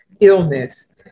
Illness